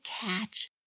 catch